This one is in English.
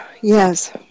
yes